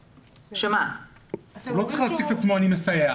הוא לא צריך להציג את עצמו כמסייע.